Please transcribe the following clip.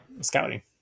scouting